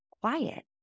quiet